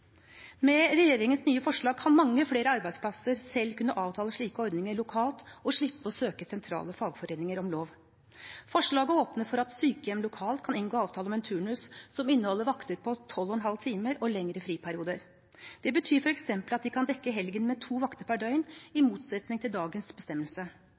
Med regjeringens nye forslag vil mange flere arbeidsplasser selv kunne avtale slike ordninger lokalt og slippe å søke sentrale fagforeninger om lov. Forslaget åpner for at sykehjem lokalt kan inngå avtale om en turnus som inneholder vakter på 12,5 timer og lengre friperioder. Det betyr f.eks. at de kan dekke helgen med to vakter per døgn, i motsetning til dagens bestemmelse,